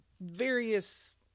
various